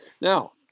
Now